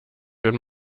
wenn